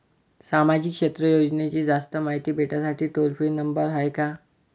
सामाजिक क्षेत्र योजनेची जास्त मायती भेटासाठी टोल फ्री नंबर हाय का?